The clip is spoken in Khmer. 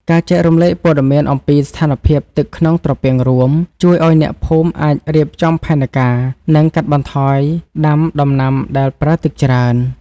ការចែករំលែកព័ត៌មានអំពីស្ថានភាពទឹកក្នុងត្រពាំងរួមជួយឱ្យអ្នកភូមិអាចរៀបចំផែនការ និងកាត់បន្ថយដាំដំណាំដែលប្រើទឹកច្រើន។